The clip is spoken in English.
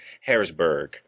Harrisburg